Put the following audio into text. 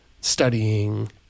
studying